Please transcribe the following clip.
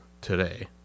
today